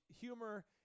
humor